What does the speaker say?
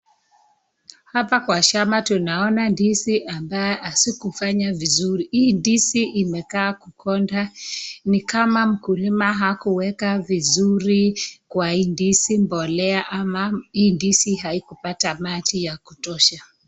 Hapa kwa shamba tunaona ndizi ambayo hazikufanya vizuri, hii ndizi imekaa kukonda, ni kama mkulima hakuweka vizuri kwa hii ndizi mpolea ama hii ndizi haikupata maji ya kutosha.